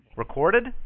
recorded